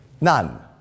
None